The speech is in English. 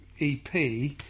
EP